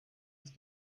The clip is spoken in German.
ist